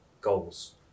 goals